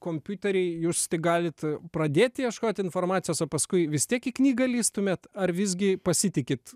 kompiutery jūs galit pradėt ieškot informacijos o paskui vis tiek į knygą lįstumėt ar visgi pasitikit